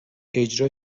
اجرا